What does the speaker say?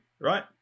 right